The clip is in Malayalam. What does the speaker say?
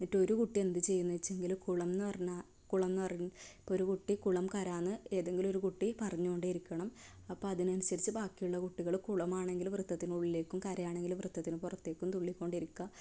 എന്നിട്ട് ഒരു കുട്ടി എന്തുചെയ്യുന്നു വെച്ചെങ്കിൽ കുളമെന്ന് പറഞ്ഞ് കുളമെന്ന് പറഞ്ഞ ഇപ്പം ഒരു കുട്ടി കുളം കരയെന്ന് ഏതെങ്കിലും ഒരു കുട്ടി പറഞ്ഞു കൊണ്ടേയിരിക്കണം അപ്പം അതിനനുസരിച്ച് ബാക്കിയുള്ള കുട്ടികൾ കുളമാണെങ്കിൽ വൃത്തത്തിനുള്ളിലേക്കും കരയാണെങ്കിൽ വൃത്തത്തിന് പുറത്തേക്കും തുള്ളി കൊണ്ടിരിക്കുക